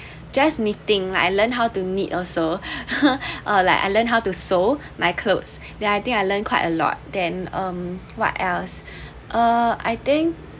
just knitting I learned how to knit also or like I learned how to sew my clothes then I think I learn quite a lot then um what else uh I think